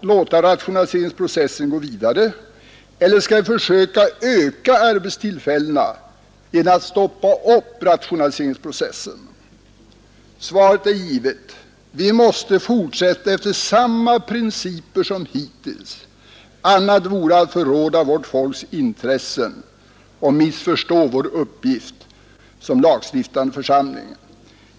låta rationaliseringsprocessen gå vidare, eller skall vi försöka öka arbetstillfällena genom att stoppa upp rationaliseringsprocessen? Svaret är givet. Vi måste fortsätta efter samma principer som hittills. Annat vore att förråda vårt folks intressen och missförstå vår uppgift som lagstiftande församling.